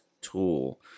tool